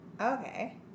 Okay